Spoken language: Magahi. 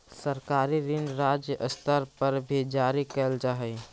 सरकारी ऋण राज्य स्तर पर भी जारी कैल जा हई